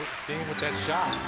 staying with that shot.